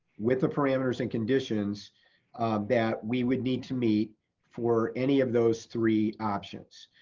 with the parameters and conditions that we would need to meet for any of those three options.